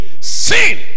sin